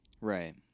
right